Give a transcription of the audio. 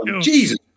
Jesus